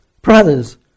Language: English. Brothers